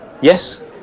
yes